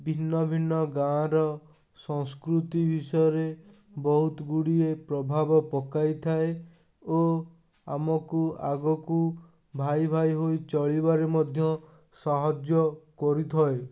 ଭିନ୍ନ ଭିନ୍ନ ଗାଁ'ର ସଂସ୍କୃତି ବିଷୟରେ ବହୁତ ଗୁଡ଼ିଏ ପ୍ରଭାବ ପକାଇଥାଏ ଓ ଆମକୁ ଆଗକୁ ଭାଇ ଭାଇ ହୋଇ ଚଳିବାରେ ମଧ୍ୟ ସାହାଯ୍ୟ କରିଥାଏ